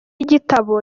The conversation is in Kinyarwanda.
gitabo